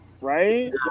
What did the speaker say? right